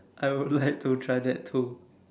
I would like to try that too